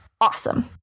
awesome